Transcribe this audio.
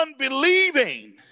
unbelieving